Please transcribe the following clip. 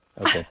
Okay